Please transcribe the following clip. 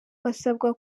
basabwa